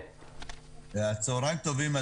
צהריים טובים,